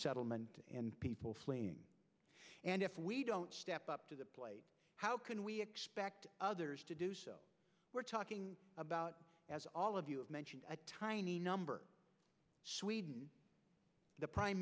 settlement and people fleeing and if we don't step up to the plate how can we expect others to do so we're talking about as all of you mentioned a tiny number the prime